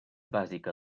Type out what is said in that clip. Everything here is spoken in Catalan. bàsica